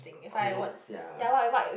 her notes ya